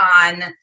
on